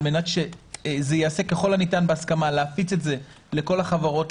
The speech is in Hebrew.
על מנת שזה ייעשה ככל הניתן בהסכמה להפיץ את זה לכל החברות,